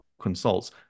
consults